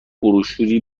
بروشوری